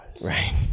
right